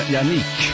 Yannick